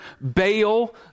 Baal